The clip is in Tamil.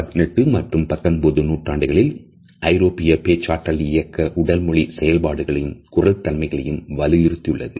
பதினெட்டு மற்றும் பத்தொன்பதாம் நூற்றாண்டுகளில் ஐரோப்பிய பேச்சாற்றல் இயக்கம் உடல்மொழி செயல்பாடுகளையும் குரல் தன்மைகளையும் வலியுறுத்தியுள்ளது